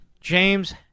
James